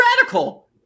radical